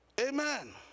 amen